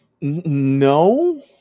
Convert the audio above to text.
no